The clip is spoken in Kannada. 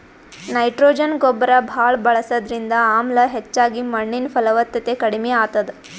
ನೈಟ್ರೊಜನ್ ಗೊಬ್ಬರ್ ಭಾಳ್ ಬಳಸದ್ರಿಂದ ಆಮ್ಲ ಹೆಚ್ಚಾಗಿ ಮಣ್ಣಿನ್ ಫಲವತ್ತತೆ ಕಡಿಮ್ ಆತದ್